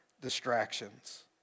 distractions